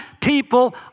people